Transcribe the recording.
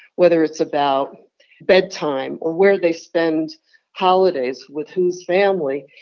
whether it's about bedtime or where they spend holidays with whose family,